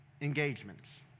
engagements